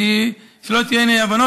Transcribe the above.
שלא תהיינה אי-הבנות.